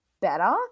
better